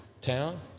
town